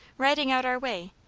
riding out our way,